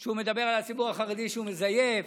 הוא מדבר על הציבור החרדי שהוא מזייף,